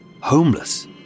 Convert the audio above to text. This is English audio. homeless